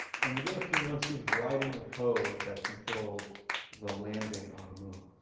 and within a few months, he was writing the code that controlled the landing on the moon.